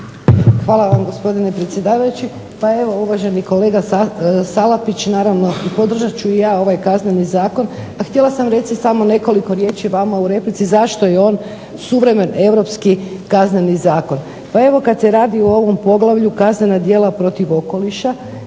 Hvala vam gospodine predsjedavajući. Pa uvaženi kolega Salapić naravno podržat ću i ja ovaj Kazneni zakon. Pa htjela sam reći samo nekoliko riječi vama u replici zašto je on suvremen europski kazneni zakon. Pa evo kada se radi o ovom poglavlju kaznena djela protiv okoliša